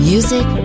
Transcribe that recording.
Music